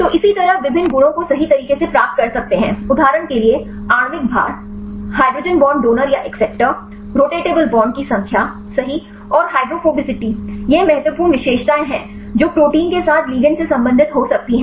तो इसी तरह आप विभिन्न गुणों को सही तरीके से प्राप्त कर सकते हैं उदाहरण के लिए आणविक भार हाइड्रोजन बॉन्ड डोनर या एक्सेप्टर रोटेटेबल बॉन्ड की संख्या सही और हाइड्रोफोबिसिटी ये महत्वपूर्ण विशेषताएं हैं जो प्रोटीन के साथ लिगैंड से संबंधित हो सकती हैं